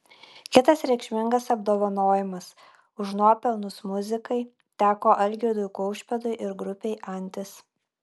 kitas reikšmingas apdovanojimas už nuopelnus muzikai teko algirdui kaušpėdui ir grupei antis